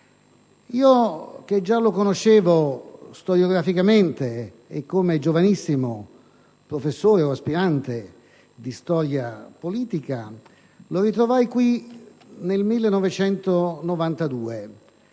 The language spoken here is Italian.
io, che già lo conoscevo storiograficamente e come giovanissimo professore o aspirante professore di storia politica, lo ritrovai qui nel 1992).